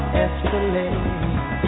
escalate